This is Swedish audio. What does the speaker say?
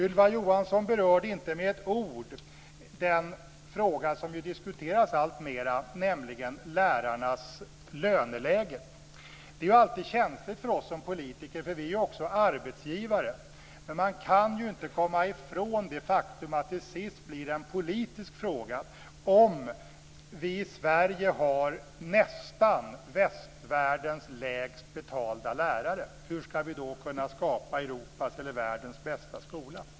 Ylva Johansson berörde inte med ett ord den fråga som diskuteras alltmer, nämligen lärarnas löneläge. Det är alltid känsligt för oss som politiker eftersom vi också är arbetsgivare. Men man kan inte komma ifrån det faktum att det till sist blir en politisk fråga om vi i Sverige har västvärldens nästan lägst betalda lärare. Hur skall vi då kunna skapa Europas eller världens bästa skola?